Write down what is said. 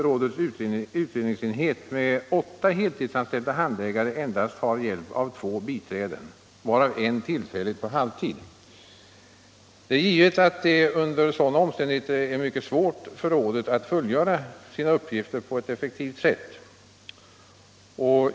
Rådets utredningsenhet med åtta heltidsanställda handläggare har endast två biträden, varav en tillfällig tjänst på halvtid. Det är givet att det under sådana omständigheter är mycket svårt för rådet att fullgöra sina uppgifter på ett effektivt sätt.